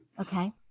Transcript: Okay